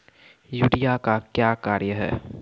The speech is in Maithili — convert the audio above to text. यूरिया का क्या कार्य हैं?